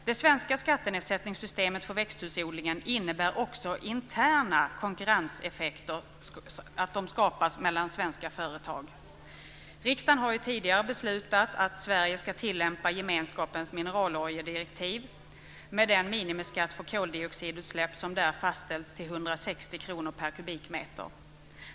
Det svenska skattenedsättningssystemet för växthusodlingen innebär också att interna konkurrenseffekter skapas mellan svenska företag. Riksdagen har tidigare beslutat att Sverige ska tillämpa gemenskapens mineraloljedirektiv med en minimiskatt för koldioxidutsläpp som där fastställts till 16 kr per kubikmeter.